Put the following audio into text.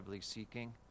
seeking